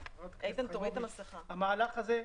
את חברת הכנסת חיימוביץ'.